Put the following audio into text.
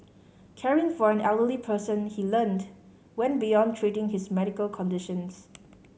caring for an elderly person he learnt went beyond treating his medical conditions